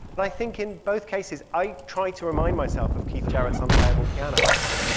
but i think in both cases i try to remind myself of keith jarrett's unplayable piano, actually.